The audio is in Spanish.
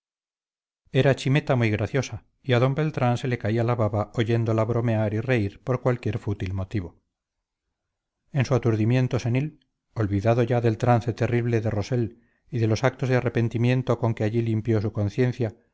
era chimeta muy graciosa y a d beltrán se le caía la baba oyéndola bromear y reír por cualquier fútil motivo en su aturdimiento senil olvidado ya del trance terrible de rossell y de los actos de arrepentimiento con que allí limpió su conciencia